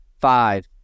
five